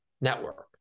network